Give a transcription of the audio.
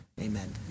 Amen